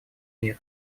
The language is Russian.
мир